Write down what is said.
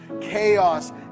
chaos